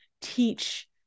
teach